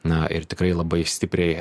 na ir tikrai labai stipriai